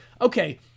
okay